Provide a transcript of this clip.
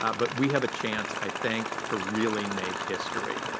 ah but we have a chance, i think, to really make history.